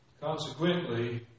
Consequently